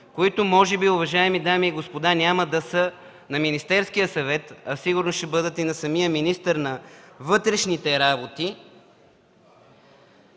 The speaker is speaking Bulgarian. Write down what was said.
които може би, уважаеми дами и господа, няма да са на Министерския съвет, а сигурно ще бъдат и на самия министър на вътрешните работи.